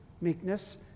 meekness